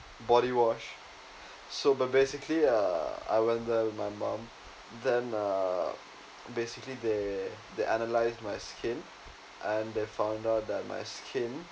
body wash so but basically uh I went to help my mum then uh basically they they analysed my skin and they found out that my skin